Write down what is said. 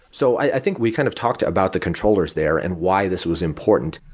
so i think we kind of talked about the controllers there and why this was important.